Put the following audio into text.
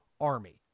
Army